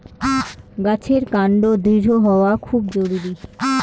গাছের কান্ড দৃঢ় হওয়া খুব জরুরি